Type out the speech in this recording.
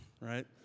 right